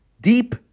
deep